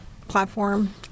platform